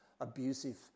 abusive